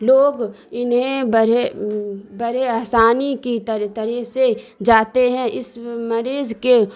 لوگ انہیں بڑے بڑے آسانی کی طرح سے جاتے ہیں اس میں مریض کے